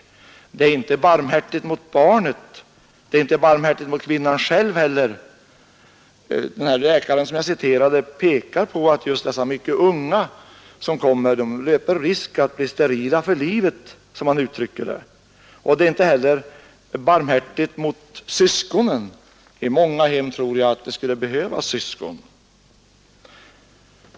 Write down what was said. En sådan utveckling är inte barmhärtig mot barnet och inte heller mot kvinnan själv. Den läkare som jag citerade pekar på att just de mycket unga, som kommer in för abort, löper risk att bli sterila för livet, som han uttrycker det. Det är inte heller barmhärtigt mot syskonen jag tror att det i många hem skulle behövas syskon.